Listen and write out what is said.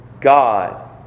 God